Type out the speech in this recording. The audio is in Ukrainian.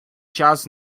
час